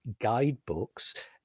guidebooks